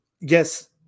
yes